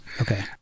Okay